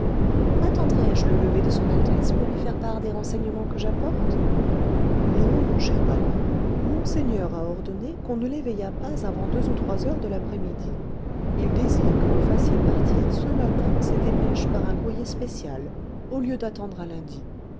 attendrai je le lever de son altesse pour lui faire part des renseignements que j'apporte non mon cher baron monseigneur a ordonné qu'on ne l'éveillât pas avant deux ou trois heures de l'après-midi il désire que vous fassiez partir ce matin ces dépêches par un courrier spécial au lieu d'attendre à lundi